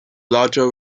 larger